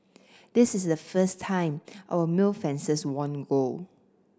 this is the first time our male fencers won gold